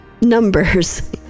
Numbers